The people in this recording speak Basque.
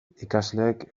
ikasleek